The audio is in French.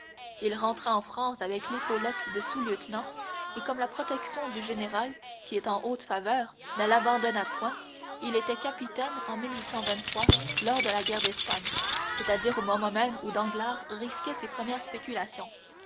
il rentra en france avec l'épaulette de sous-lieutenant et comme la protection du général qui est en haute faveur ne l'abandonna point il était capitaine en lors de la guerre d'espagne c'est-à-dire au moment même où danglars risquait ses premières spéculations